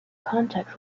contacts